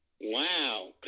Wow